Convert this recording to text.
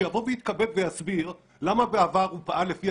שיבוא ויתכבד ויסביר למה בעבר הוא פעל לפי